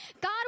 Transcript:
God